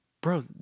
bro